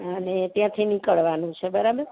અને ત્યાંથી નીકળવાનું છે